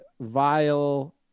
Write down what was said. vile